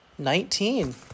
Nineteen